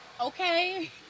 Okay